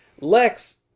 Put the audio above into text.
Lex